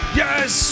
yes